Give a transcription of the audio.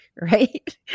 Right